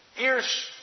ears